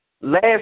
last